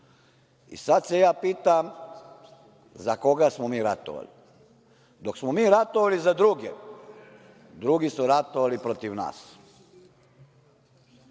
Sad se ja pitam – za koga smo mi ratovali? Dok smo mi ratovali za druge, drugi su ratovali protiv nas.